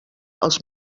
als